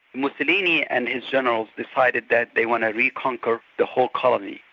mussolini and his generals decided that they want to re-conquer the whole colony,